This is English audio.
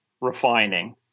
refining